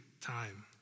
time